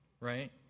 right